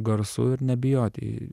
garsu ir nebijoti